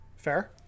Fair